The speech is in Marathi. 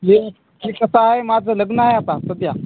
अहो हे हे कसंय माझं लग्न आहे आता सध्या